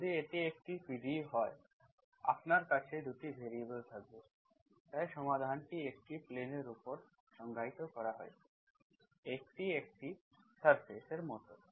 যদি এটি একটি PDE হয় আপনার কাছে 2টি ভ্যারিয়েবল থাকবে তাই সমাধানটি একটি প্লেন এর উপর সংজ্ঞায়িত করা হয়েছে এটি একটি সারফেস এর মতো